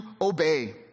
obey